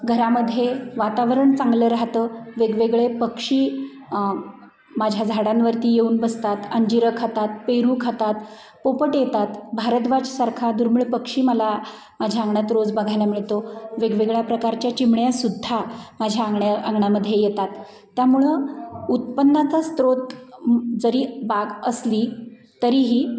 घरामध्ये वातावरण चांगलं राहतं वेगवेगळे पक्षी माझ्या झाडांवरती येऊन बसतात अंजिरं खातात पेरू खातात पोपट येतात भारद्वाज सारखा दुर्मिळ पक्षी मला माझ्या अंगणात रोज बघायला मिळतो वेगवेगळ्या प्रकारच्या चिमण्यासुद्धा माझ्या आंगण्या अंगणामध्ये येतात त्यामुळं उत्पन्नाचा स्त्रोत जरी बाग असली तरीही